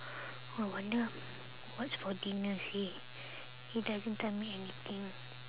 I wonder what's for dinner seh he doesn't tell me anything